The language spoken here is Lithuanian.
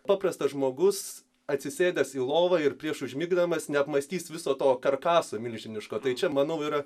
paprastas žmogus atsisėdęs į lovą ir prieš užmigdamas neapmąstys viso to karkaso milžiniško tai čia manau yra